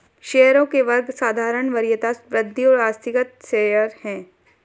शेयरों के वर्ग साधारण, वरीयता, वृद्धि और आस्थगित शेयर हैं